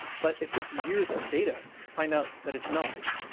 but it took years of data to find out that it's not.